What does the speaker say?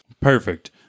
Perfect